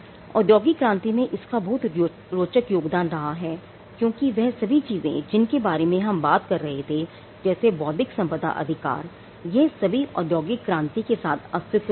औद्योगिक क्रांति में इसका बहुत रोचक योगदान रहा है क्योंकि वह सभी चीजें जिनके बारे में हम बात कर रहे थे जैसे बौद्धिक संपदा अधिकार यह सभी औद्योगिक क्रांति के साथ अस्तित्व में आए